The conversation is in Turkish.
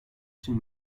için